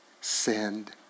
Send